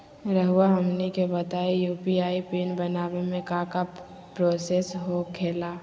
रहुआ हमनी के बताएं यू.पी.आई पिन बनाने में काका प्रोसेस हो खेला?